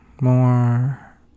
more